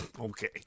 okay